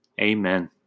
Amen